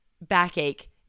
backache